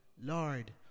Lord